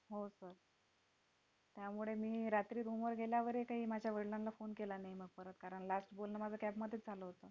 हो सर त्यामुळे मी रात्री रूमवर गेल्यावरही काही माझ्या वडिलांना फोन केला नाही मग परत कारण लास्ट बोलणं माझं कॅबमध्येच झालं होतं